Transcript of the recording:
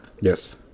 Yes